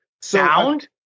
sound